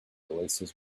oasis